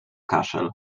kaszel